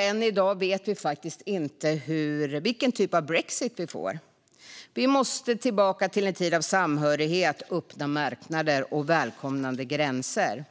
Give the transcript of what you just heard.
Än i dag vet vi inte vilken typ av brexit vi får. Vi måste tillbaka till en tid av samhörighet, öppna marknader och välkomnande gränser.